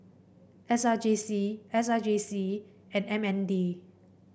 S R J C S R J C and M N D